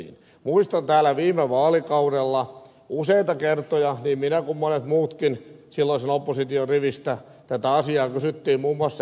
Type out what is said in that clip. muistan että täällä viime vaalikaudella useita kertoja niin minä kuin monet muutkin silloisen opposition riveistä tätä asiaa kysyimme muun muassa ed